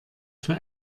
für